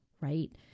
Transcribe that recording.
right